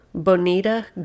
Bonita